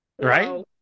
Right